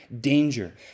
danger